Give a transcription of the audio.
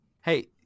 Hey